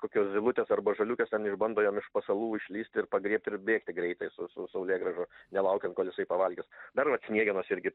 kokios zylutės arba žaliukės ten išbando jam iš pasalų išlįst ir pagriebt ir bėgti greitai su su saulėgrąža nelaukiant kol jisai pavalgys dar vat sniegenos irgi